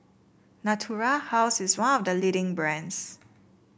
Natura House is one of the leading brands